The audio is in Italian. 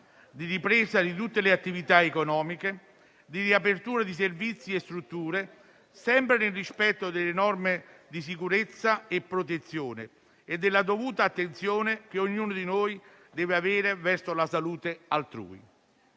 di ripresa di tutte le attività economiche, di riapertura di servizi e strutture, sempre nel rispetto delle norme di sicurezza e protezione e della dovuta attenzione che ognuno di noi deve avere verso la salute altrui.